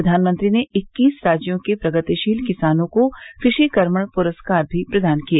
प्रधानमंत्री ने इक्कीस राज्यों के प्रगतिशील किसानों को कृषि कर्मण पुरस्कार भी प्रदान किए